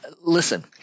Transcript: Listen